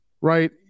right